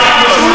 אולי כמו,